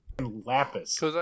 Lapis